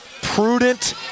prudent